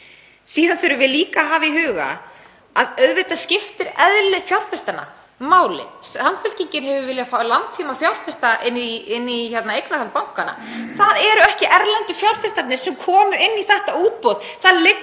Síðan þurfum við líka að hafa í huga að auðvitað skiptir eðli fjárfestanna máli. Samfylkingin hefur viljað fá langtímafjárfesta inn í eignarhald bankanna. Það eru ekki erlendu fjárfestarnir sem komu inn í þetta útboð,